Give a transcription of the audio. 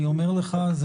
אני אומר לך,